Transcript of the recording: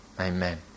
Amen